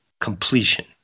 completion